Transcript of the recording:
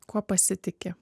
kuo pasitiki